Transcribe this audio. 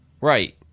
right